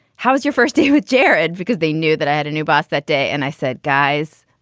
how was your first date with jared? because they knew that i had a new boss that day. and i said, guys,